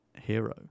hero